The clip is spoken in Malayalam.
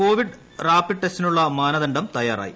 കോവിഡ് റാപ്പിഡ്ട് ഏട്സ്റ്റിനുള്ള മാനദണ്ഡം തയ്യാറായി